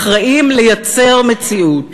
אחראים לייצר מציאות